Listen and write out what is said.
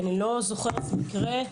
זאת מכיוון שאני לא זוכרת מקרה כזה,